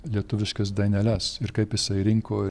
lietuviškas daineles ir kaip jisai rinko ir